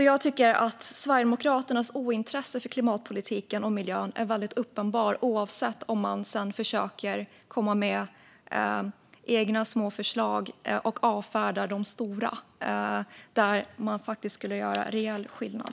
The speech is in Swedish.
Jag tycker att Sverigedemokraternas ointresse för klimatpolitiken och miljön är uppenbart, oavsett om man försöker komma med egna små förslag och avfärdar de stora som faktiskt skulle göra reell skillnad.